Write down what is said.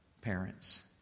parents